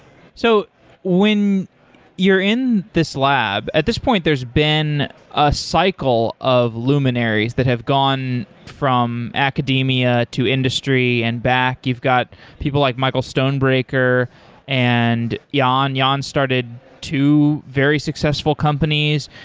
so when you're in this lab, at this point there's been a cycle of luminaries that have gone from academia to industry and back. you've got people like michael stonebreaker and yeah ah ion. yeah ion started two very successful companies.